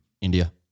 India